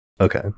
Okay